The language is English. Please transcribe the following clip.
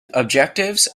objectives